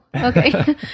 okay